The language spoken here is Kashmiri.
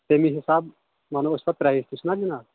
تیٚمی حِسابہٕ وَنو أسۍ پَتہٕ پرٛایِز تہِ چھُناہ جِناب